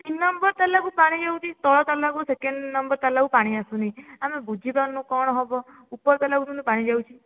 ତିନି ନମ୍ବର ତାଲାକୁ ପାଣି ଯାଉଛି ତଳ ତାଲାକୁ ସେକେଣ୍ଡ ନମ୍ବର ତାଲାକୁ ପାଣି ଆସୁନି ଆମେ ବୁଝିପାରୁନୁ କଣ ହେବ ଉପର ତାଲାକୁ କିନ୍ତୁ ପାଣି ଯାଉଛି